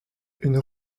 une